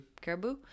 Caribou